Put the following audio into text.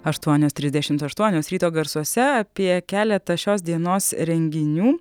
aštuonios trisdešimt aštuonios ryto garsuose apie keletą šios dienos renginių